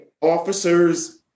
officers